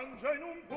gentleman,